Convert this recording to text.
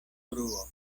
bruo